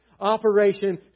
Operation